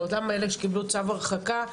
אותם אלה שקיבלו צו הרחקה,